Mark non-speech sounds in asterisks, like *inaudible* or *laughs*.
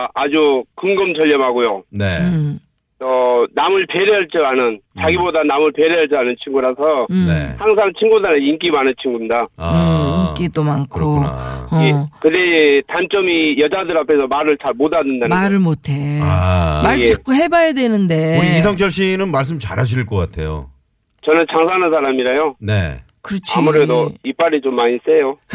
아주 근검절렴하고요. 네. 음. 어, 남을 배려할 줄 아는, 음. 자기보다 남을 배려할 줄 아는 친구라서 음. 네. 항상 친구들한테 인기 많은 친구입니다. 아, 음, 인기도 많고. 그렇구나. 어. 예. 근데 단점이 여자들 앞에서 말을 잘 못하는다는 말을 거. 못해. 아. 말 예, 예. 자꾸 해봐야 되는데. 우리 이성철 씨는 말씀 잘하실 것 같아요. 저는 장사하는 사람이라요. 네. 그렇지. 아무래도 이빨이 좀 많이 세요. *laughs*